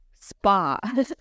spa